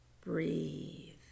Breathe